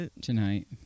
tonight